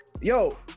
Yo